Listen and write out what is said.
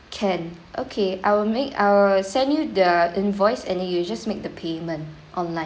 can okay I will make I'll send you the invoice and then you just make the payment online